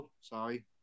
sorry